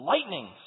Lightnings